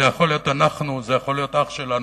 זה יכול להיות אנחנו, זה יכול להיות אח שלנו.